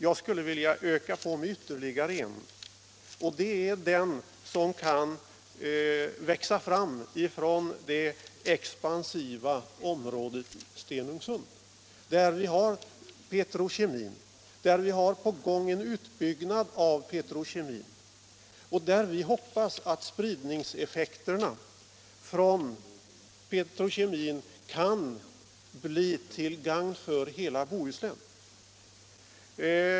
Jag skulle vilja peka på ytterligare ett, nämligen vad som kan växa fram ifrån det expansiva området Stenungsund, där vi har petrokemin och en utbyggnad av den på gång. Vi hoppas att spridningseffekterna från petrokemin skall bli till gagn för hela Bohuslän.